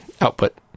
output